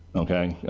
okay.